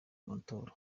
amatora